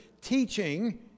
teaching